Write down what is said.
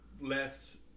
left